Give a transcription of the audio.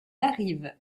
arrivent